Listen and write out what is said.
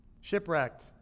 Shipwrecked